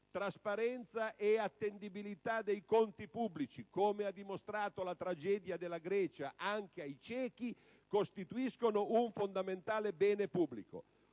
Trasparenza ed attendibilità dei conti pubblici, come ha dimostrato anche ai ciechi la tragedia della Grecia, costituiscono un fondamentale bene pubblico.